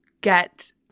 get